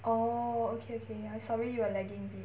oh okay okay I'm sorry you are lagging a bit